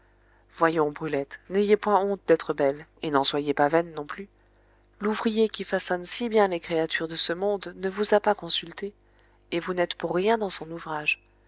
voyons brulette n'ayez point honte d'être belle et n'en soyez pas vaine non plus l'ouvrier qui façonne si bien les créatures de ce monde ne vous a pas consultée et vous n'êtes pour rien dans son ouvrage